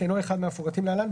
שאינו אחד מהמפורטים להלן,